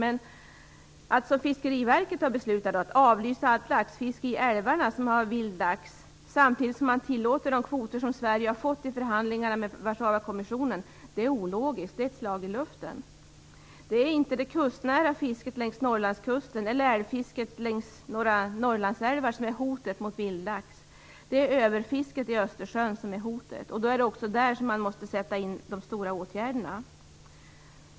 Men att, som Fiskeriverket har gjort, besluta att avlysa allt laxfiske i de älvar som har vild lax samtidigt som man tillåter de kvoter som Sverige har fått i förhandlingarna med Warszawakommissionen är ologiskt. Det är ett slag i luften. Det är inte det kustnära fisket längs Norrlandskusten eller älvfisket i några Norrlandsälvar som är hotet mot vildlax. Det är överfisket i Östersjön som är hotet. Det är där man måste sätta in de stora åtgärderna.